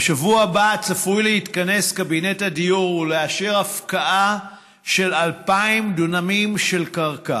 בשבוע הבא צפוי להתכנס קבינט הדיור ולאשר הפקעה של 2,000 דונמים של קרקע